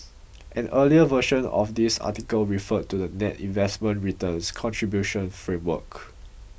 an earlier version of this article referred to the net investment returns contribution framework